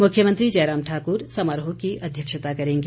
मुख्यमंत्री जयराम ठाकुर समारोह की अध्यक्षता करेंगे